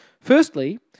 Firstly